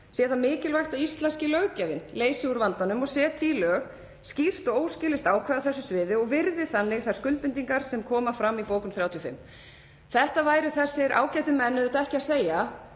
sé það mikilvægt að íslenski löggjafinn leysi úr vandanum og setji í lög skýrt og óskilyrt ákvæði á þessu sviði og virði þannig þær skuldbindingar sem koma fram í bókun 35.“ Þetta væru þessir ágætu menn auðvitað ekki að segja